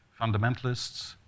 Fundamentalists